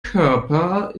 körper